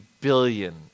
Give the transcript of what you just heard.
billion